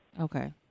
Okay